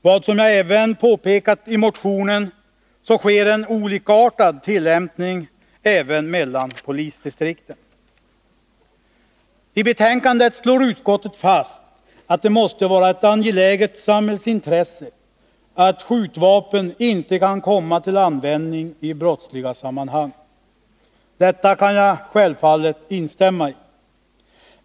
Som jag även påpekat i motionen är tillämpningen olika i polisdistrikten. I betänkandet slår utskottet fast att det måste vara ett angeläget samhällsintresse att skjutvapen inte kan komma till användning i brottsliga sammanhang. Detta kan jag självfallet instämma i.